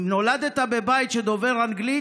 אם נולדת בבית דובר אנגלית,